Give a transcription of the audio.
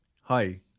Hi